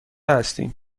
هستیم